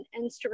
Instagram